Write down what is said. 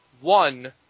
one